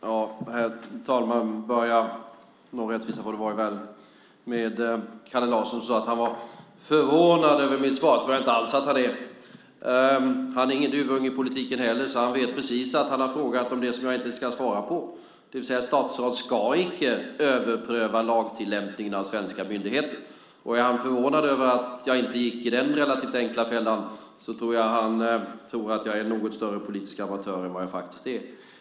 Herr talman! Jag börjar med - någon rättvisa får det vara i världen - Kalle Larsson som sade att han var förvånad över mitt svar. Det tror jag inte alls att han är. Han är ingen duvunge i politiken heller, så han vet precis att han har frågat om det som jag inte ens kan svara på. Statsråd ska icke överpröva svenska myndigheters lagtillämpning. Är han förvånad över att jag inte gick i den relativt enkla fällan tror jag att han tror att jag är en något större politisk amatör än vad jag faktiskt är.